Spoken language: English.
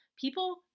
People